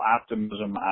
optimism